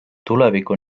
tuleviku